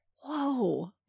Whoa